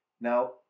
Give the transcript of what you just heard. Now